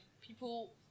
people